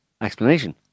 explanation